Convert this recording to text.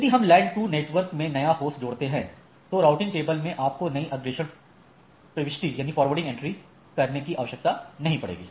यदि हम LAN 2 network में नया होस्ट जोड़ते हैं तो राउटिंग टेबल में आपको नई अग्रेषण प्रविष्टि करने की आवश्यकता नहीं पड़ेगी